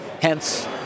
hence